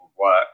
work